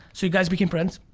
so you guys became friends.